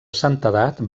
santedat